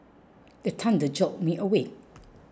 the thunder jolt me awake